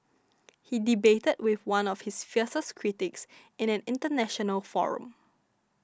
he debated with one of his fiercest critics in an international forum